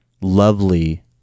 lovely